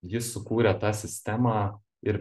jis sukūrė tą sistemą ir